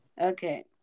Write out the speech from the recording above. Okay